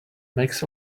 makes